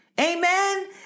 Amen